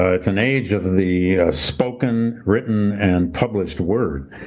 ah it's an age of the spoken, written and published word.